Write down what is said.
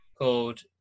Called